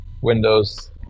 Windows